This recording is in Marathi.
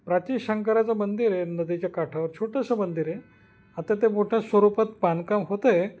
प्राचीन शंकराचं मंदिर आहे नदीच्या काठावर छोटंसं मंदिर आहे आता ते मोठ्या स्वरूपात बांधकाम होतं आहे